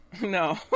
No